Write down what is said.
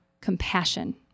compassion